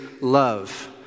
love